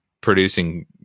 producing